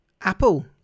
Apple